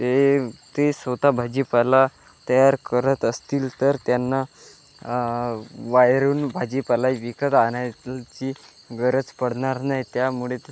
ते ते स्वतः भाजीपाला तयार करत असतील तर त्यांना बाहेरून भाजीपाला विकत आणायलाची गरज पडणार नाही त्यामुळे